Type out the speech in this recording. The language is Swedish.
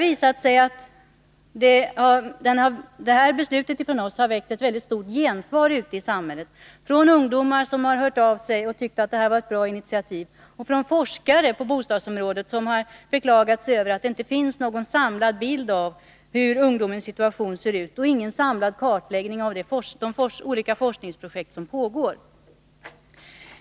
Detta beslut från oss har väckt ett mycket stort gensvar ute i samhället. Ungdomar har hört av sig och talat om att de tycker att detta var ett bra initiativ. Och forskare på bostadsområdet har hört av sig och beklagat sig över att det inte finns någon samlad bild av hur ungdomens situation ser ut eller någon samlad kartläggning av de olika forskningsprojekt som pågår.